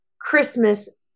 Christmas